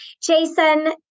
Jason